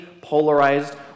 polarized